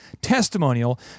testimonial